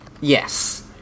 Yes